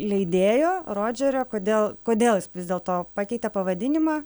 leidėjo rodžerio kodėl kodėl jis vis dėlto pakeitė pavadinimą